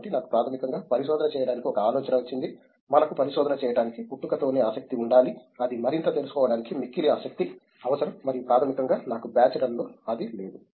కాబట్టి నాకు ప్రాథమికంగా పరిశోధన చేయడానికి ఒక ఆలోచన వచ్చింది మనకు పరిశోధన చేయటానికి పుట్టుకతోనే ఆసక్తి ఉండాలి అది మరింత తెలుసుకోవడానికి మిక్కిలి ఆసక్తి అవసరం మరియు ప్రాథమికంగా నాకు బాచిలర్లలో అది లేదు